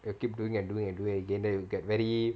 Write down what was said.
you keep doing and doing and doing again then you will get very